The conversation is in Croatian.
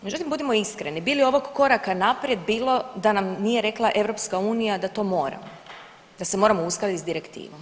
Međutim, budimo iskreni bi li ovog koraka naprijed bilo da nam nije rekla EU da to moramo, da se moramo uskladiti s direktivom?